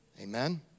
Amen